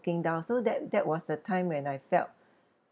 down so that that was the time when I felt